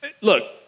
Look